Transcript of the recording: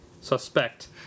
Suspect